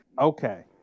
Okay